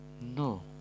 No